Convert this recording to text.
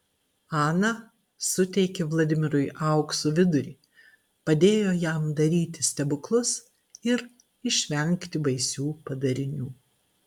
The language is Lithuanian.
ana suteikė vladimirui aukso vidurį padėjo jam daryti stebuklus ir išvengti baisių padarinių